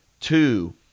two